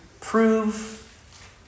prove